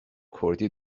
کردی